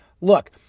Look